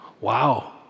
wow